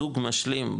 זוג משלים,